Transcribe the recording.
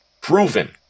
proven